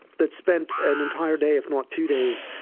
that spent an entire day if not two days,